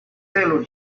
taylor